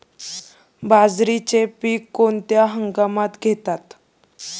बाजरीचे पीक कोणत्या हंगामात घेतात?